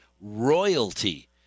royalty